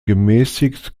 gemäßigt